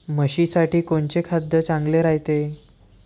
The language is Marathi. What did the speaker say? म्हशीसाठी कोनचे खाद्य चांगलं रायते?